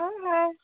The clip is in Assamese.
অ' হয়